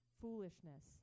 foolishness